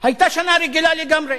היתה שנה רגילה לגמרי.